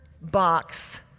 box